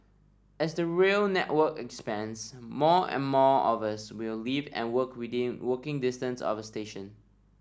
as the rail network expands more and more of us will live and work within walking distance of a station